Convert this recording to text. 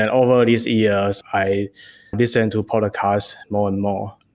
and over these years, i listen to podcast more and more.